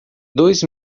dois